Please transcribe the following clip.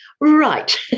right